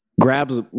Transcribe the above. grabs